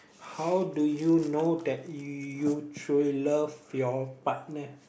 how do you know that you truly love your partner